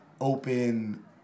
open